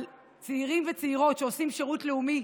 על צעירים וצעירות שעושים שירות לאומי